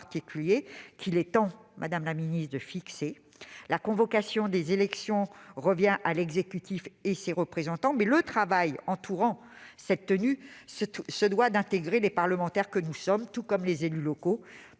qu'il est temps de fixer, madame la ministre. La convocation des élections revient à l'exécutif et à ses représentants, mais le travail entourant cette tenue se doit d'intégrer les parlementaires que nous sommes, tout comme les élus locaux,